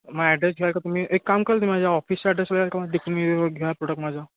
माझा ॲड्रेस घ्याल का तुम्ही एक काम कराल तुम्ही माझ्या ऑफिसच्या ॲड्रेसवर याल का तिथून मग घ्या प्रॉडक्ट माझा